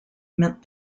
meant